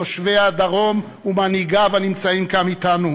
תושבי הדרום ומנהיגיו הנמצאים כאן אתנו,